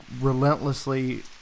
relentlessly